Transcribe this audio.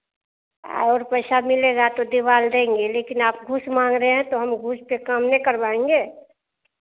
और पैसा मिलेगा तो दिवाल देंगे लेकिन आप घूस माँग रहे हैं तो हम घूस पे काम नहीं करवाऍंगे